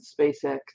SpaceX